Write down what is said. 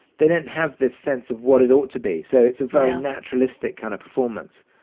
they didn't have this sense of what it ought to be. so it's a very naturalistic kind of performance,